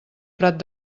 prat